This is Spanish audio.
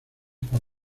por